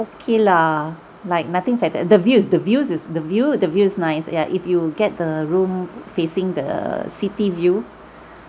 okay lah like nothing fant~ the views the views is the view the view is nice ya if you get the room facing the city view